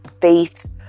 faith